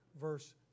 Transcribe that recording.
Verse